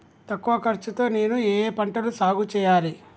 తక్కువ ఖర్చు తో నేను ఏ ఏ పంటలు సాగుచేయాలి?